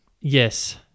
Yes